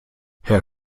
herr